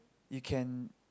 you can